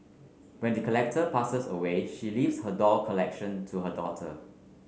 when the collector passes away she leaves her doll collection to her daughter